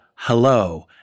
Hello